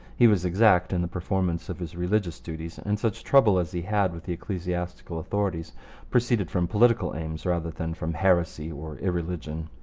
he was exact in the performance of his religious duties, and such trouble as he had with the ecclesiastical authorities proceeded from political aims rather than from heresy or irreligion.